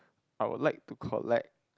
I will like to collect